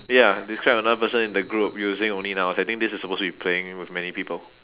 ya describe another people in the group using only nouns I think this is supposed to be playing with many people